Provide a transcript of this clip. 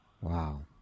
wow